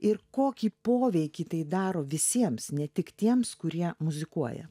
ir kokį poveikį tai daro visiems ne tik tiems kurie muzikuoja